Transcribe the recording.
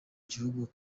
gihugu